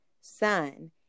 son